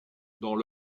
dans